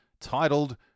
titled